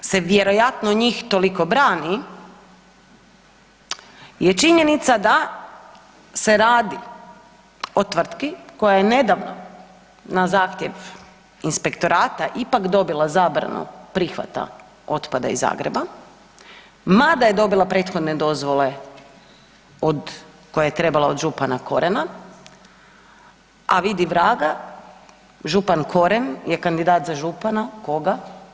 Ono zašto se vjerojatno njih toliko brani je činjenica da se radi o tvrtki koja je nedavno na zahtjev inspektorata ipak dobila zabranu prihvata otpada iz Zagreba mada je dobila prethodne dozvole koje je trebala od župana Korena, a vidi vraga, župan Koren je kandidat za župana, koga?